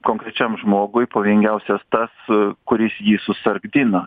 konkrečiam žmogui pavojingiausias tas kuris jį susargdino